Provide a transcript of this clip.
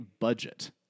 budget